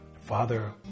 Father